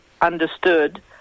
understood